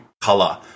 color